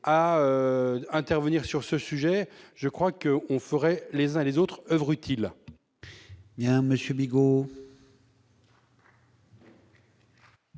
à intervenir sur ce sujet, je crois que on ferait les uns les autres oeuvre utile.